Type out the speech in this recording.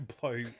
blow